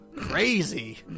Crazy